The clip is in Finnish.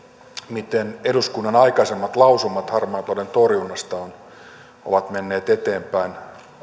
miten eduskunnan aikaisemmat lausumat harmaan talouden torjunnasta ovat menneet eteenpäin